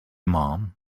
mom